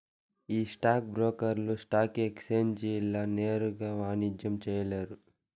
ఈ స్టాక్ బ్రోకర్లు స్టాక్ ఎక్సేంజీల నేరుగా వాణిజ్యం చేయలేరు